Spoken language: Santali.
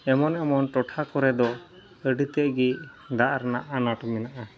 ᱮᱢᱚᱱᱼᱮᱢᱚᱱ ᱴᱚᱴᱷᱟ ᱠᱚᱨᱮᱫᱚ ᱟᱹᱰᱤᱛᱮᱫᱜᱮ ᱫᱟᱜᱨᱮᱱᱟᱜ ᱟᱱᱟᱴ ᱢᱮᱱᱟᱜᱼᱟ